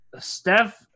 Steph